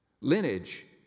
lineage